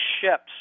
ships